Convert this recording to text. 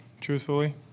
truthfully